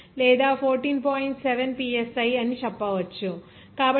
7 psi అని చెప్పవచ్చు